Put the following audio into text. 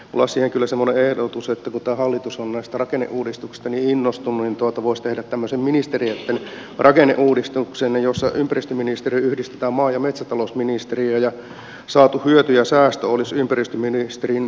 lasse kyllä sama ehdotus että pitää hallitus omasta rakenneuudistuksestanne innostuminen tuota vois tehdä tämmöisen ministeriöitten rakenneuudistuksen jossa ympäristöministeriö yhdistetään maa ja metsätalousministeriö ja saatu hyöty ja säästö olisi ympäristöministerin